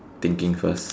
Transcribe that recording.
thinking first